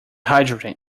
hydrogen